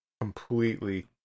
completely